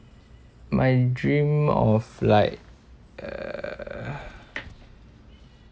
my dream of like uh